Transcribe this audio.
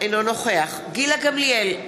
אינו נוכח גילה גמליאל,